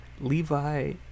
levi